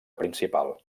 principal